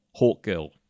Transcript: Hawkgirl